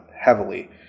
heavily